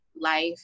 life